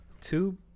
two